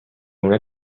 una